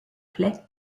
plaît